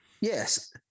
yes